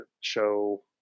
show